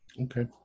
Okay